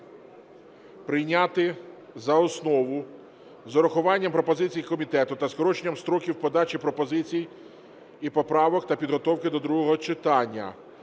прийняти за основу з урахуванням пропозицій комітету та скороченням строків подачі пропозицій і поправок та підготовки до другого читання